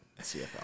cfl